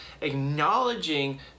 acknowledging